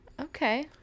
okay